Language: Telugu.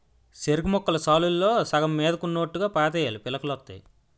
సెరుకుముక్కలు సాలుల్లో సగం మీదకున్నోట్టుగా పాతేయాలీ పిలకలొత్తాయి